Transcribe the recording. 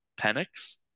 Penix